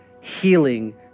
healing